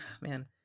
man